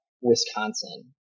Wisconsin